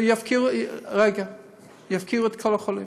ויפקירו את כל החולים.